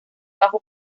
bajo